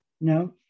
No